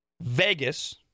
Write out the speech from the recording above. Vegas